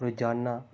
ਰੋਜ਼ਾਨਾ